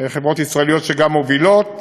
חברות ישראליות שגם מובילות.